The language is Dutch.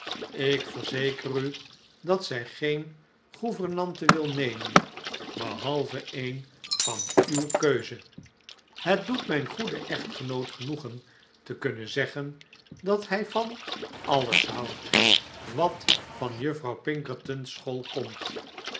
ik verzeker u dat zij geen gouvernante wil nemen behalve een van uw keuze het doet mijn goeden echtgenoot genoegen te kunnen zeggen dat hij van alles houdt wat van juffrouw pinkerton s school komt